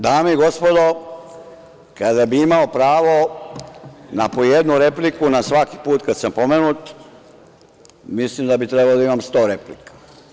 Dame i gospodo narodni poslanici, kada bih imao pravo na po jednu repliku svaki put kada sam pomenut, mislim da bi trebali da imam 100 replika.